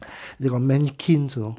they got mannequins you know